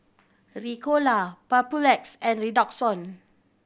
Ricola Papulex and Redoxon